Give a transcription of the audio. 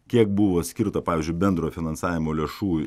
kiek buvo skirta pavyzdžiui bendro finansavimo lėšų